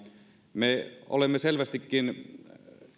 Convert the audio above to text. me olemme selvästikin